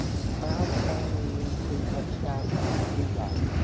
and how can we increase our capacity to do that